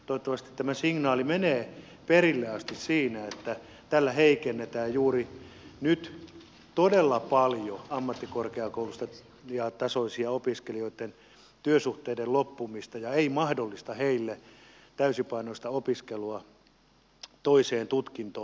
toivottavasti tämä signaali menee perille asti siinä että tällä heikennetään juuri nyt todella paljon ammattikorkeakoulutasoisten opiskelijoitten tilannetta työsuhteiden loppuessa ja tämä ei mahdollista heille täysipainoista opiskelua toiseen tutkintoon